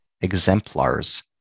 exemplars